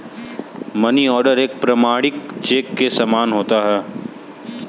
money order एक प्रमाणिक cheque के समान होता है